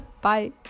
Bye